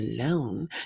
alone